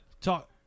Talk